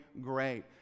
great